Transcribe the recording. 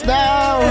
now